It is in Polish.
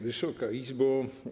Wysoka Izbo!